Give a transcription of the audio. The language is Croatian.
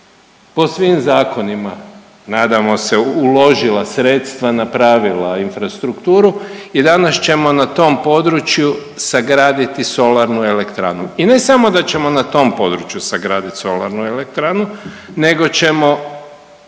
po svim zakonima nadamo se uložila sredstva, napravila infrastrukturu i danas ćemo na tom području sagraditi solarnu elektranu i ne samo da ćemo na tom području sagradit solarnu elektranu nego ćemo